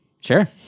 sure